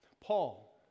Paul